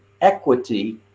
equity